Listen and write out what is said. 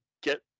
get